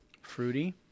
Fruity